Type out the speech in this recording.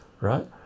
right